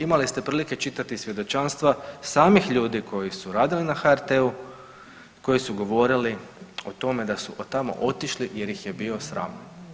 Imali ste prilike čitati svjedočanstva samih ljudi koji su radili na HRT-u, koji su govorili o tome da su od tamo otišli jer ih je bio sram.